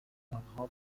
انها